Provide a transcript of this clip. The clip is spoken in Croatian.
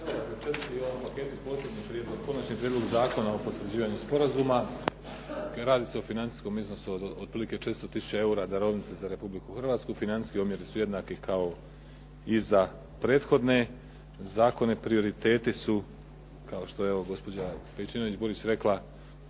u ovom paketu posljednji konačni prijedlog zakona o potvrđivanju sporazuma. Radi se o financijskom iznosu od otprilike 400 tisuća eura darovnice za Republiku Hrvatsku, financijski omjeri su jednako kao i za prethodne zakone. Prioriteti su kao što je evo gospođa Pejčinović-Burić rekla.